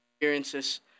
experiences